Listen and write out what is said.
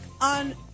on